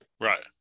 Right